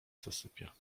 zasypia